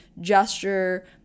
gesture